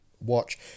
watch